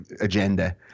agenda